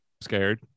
scared